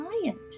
client